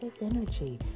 Energy